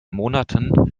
monaten